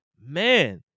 man